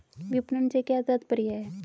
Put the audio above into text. विपणन से क्या तात्पर्य है?